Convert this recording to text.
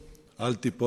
לאלתר.